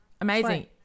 Amazing